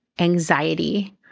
Anxiety